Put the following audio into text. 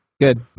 Good